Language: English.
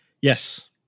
Yes